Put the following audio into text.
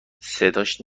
صداش